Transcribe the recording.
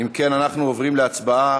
אם כן, אנחנו עוברים להצבעה.